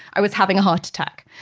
i was having a heart attack.